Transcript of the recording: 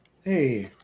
Hey